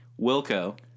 Wilco